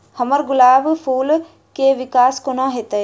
हम्मर गुलाब फूल केँ विकास कोना हेतै?